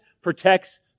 protects